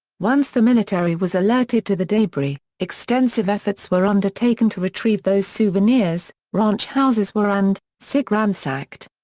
once the military was alerted to the debris, extensive efforts were undertaken to retrieve those souvenirs ranch houses were and so ransacked.